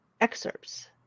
excerpts